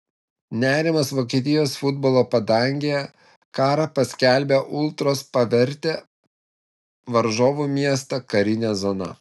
nerimas vokietijos futbolo padangėje karą paskelbę ultros pavertė varžovų miestą karine zona